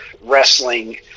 wrestling